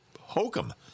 hokum